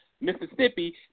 Mississippi